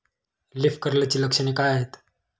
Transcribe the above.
Leaf कर्लची लक्षणे काय आहेत?